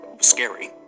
scary